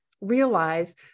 realize